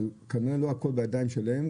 אבל כנראה לא הכול בידיים שלהם.